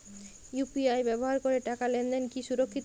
UPI ব্যবহার করে টাকা লেনদেন কি সুরক্ষিত?